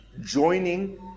joining